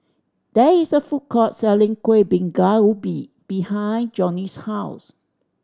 there is a food court selling Kueh Bingka Ubi behind Johnny's house